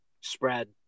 spread